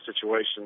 situation